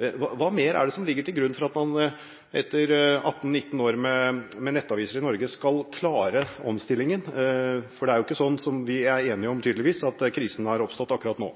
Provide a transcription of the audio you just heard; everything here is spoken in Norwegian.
Hva mer er det som kan ligge til grunn for at man etter 18–19 år med nettaviser i Norge skal klare omstillingen? For det er jo ikke sånn, som vi er enige om, tydeligvis, at krisen har oppstått akkurat nå.